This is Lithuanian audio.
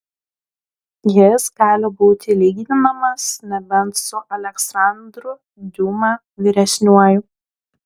jis gali būti lyginamas nebent su aleksandru diuma vyresniuoju